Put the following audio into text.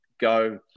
go